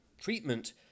treatment